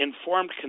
informed